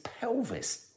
pelvis